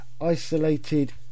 isolated